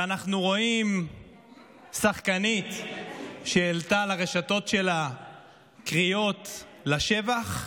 ואנחנו רואים שחקנית שהעלתה לרשת שלה קריאות בשבח.